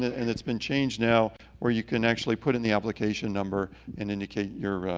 and it's been changed now where you can actually put in the application number and indicate your,